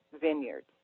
Vineyards